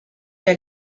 der